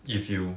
if you